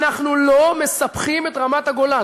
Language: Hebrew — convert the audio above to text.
אנחנו לא מספחים את רמת-הגולן.